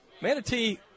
Manatee